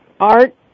Art